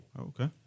Okay